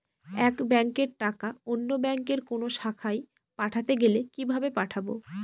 এক ব্যাংকের টাকা অন্য ব্যাংকের কোন অন্য শাখায় পাঠাতে গেলে কিভাবে পাঠাবো?